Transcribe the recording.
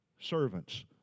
Servants